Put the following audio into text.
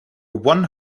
one